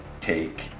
take